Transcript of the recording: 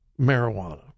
marijuana